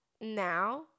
now